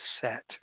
set